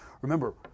remember